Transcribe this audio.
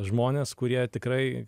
žmones kurie tikrai